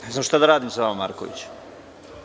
Ne znam šta da radim sa vama Markoviću.